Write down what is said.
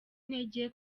intege